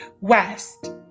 west